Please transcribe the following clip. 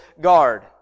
Guard